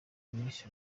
miss